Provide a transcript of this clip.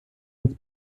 jetzt